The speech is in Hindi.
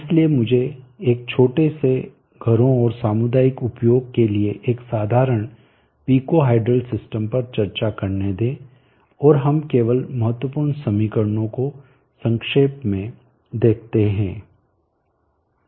इसलिए मुझे एक छोटे से घरों और सामुदायिक उपयोग के लिए एक साधारण पिको हायड्रल सिस्टम पर चर्चा करने दें और हम केवल महत्वपूर्ण समीकरणों को संक्षेप में देखते है